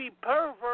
pervert